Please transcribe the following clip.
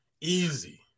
Easy